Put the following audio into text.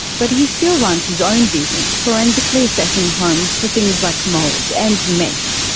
but he still runs his own business forensically assessing homes for things like mould and meth,